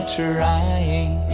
trying